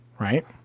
Right